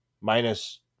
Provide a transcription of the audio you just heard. minus